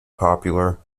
popular